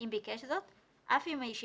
לאפשר להם להשתתף